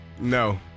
No